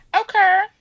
Okay